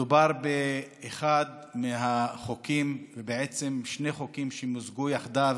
מדובר באחד החוקים, בעצם שני חוקים שמוזגו יחדיו,